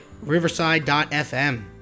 riverside.fm